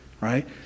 right